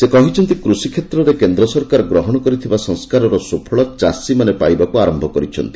ସେ କହିଛନ୍ତି କୃଷି କ୍ଷେତ୍ରରେ କେନ୍ଦ୍ର ସରକାର ଗ୍ରହଣ କରିଥିବା ସଂସ୍କାରର ସୁଫଳ ଚାଷୀମାନେ ପାଇବାକୁ ଆରୟ କରିଛନ୍ତି